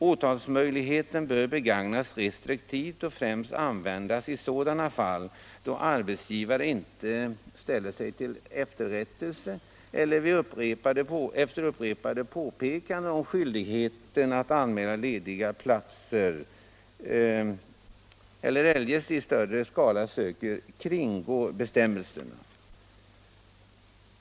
Åtalsmöjligheten bör begagnas restriktivt och främst användas i sådana fall då arbetsgivare inte rättar sig efter upprepade påpekanden om skyldigheten att anmäla ledig plats eller eljest i större skala söker kringgå bestämmelserna.